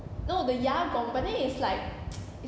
no the young corn but then it's like